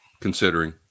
considering